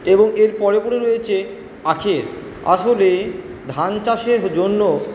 এবং এর পরে পরে রয়েছে আখের আসলে ধান চাষের জন্য